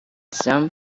some